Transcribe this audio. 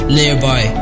nearby